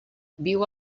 viu